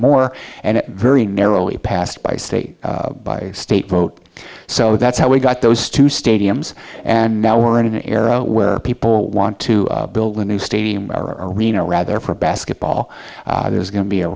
more and very narrowly passed by state by state vote so that's how we got those two stadiums and now we're in an era where people want to build a new stadium arena rather for basketball there's going to be a